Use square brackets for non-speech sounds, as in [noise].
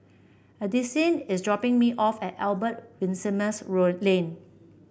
Addisyn is dropping me off at Albert Winsemius [unintelligible] Lane